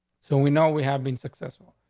so we know we have been successful.